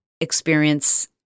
experience